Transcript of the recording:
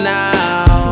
now